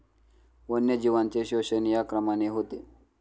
वन्यजीवांचे शोषण या क्रमाने होते